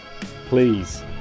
Please